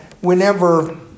whenever